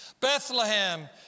Bethlehem